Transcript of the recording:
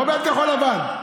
לא בעד כחול לבן,